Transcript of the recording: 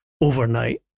overnight